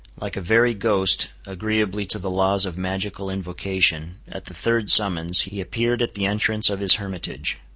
like a very ghost, agreeably to the laws of magical invocation, at the third summons, he appeared at the entrance of his hermitage.